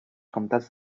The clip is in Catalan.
comtats